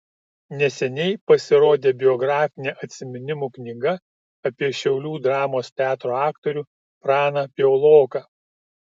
neseniai pasirodė biografinė atsiminimų knyga apie šiaulių dramos teatro aktorių praną piauloką